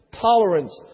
tolerance